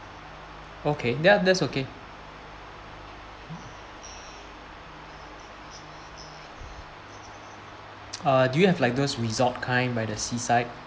okay ya that's okay uh do you have like those resort kind by the seaside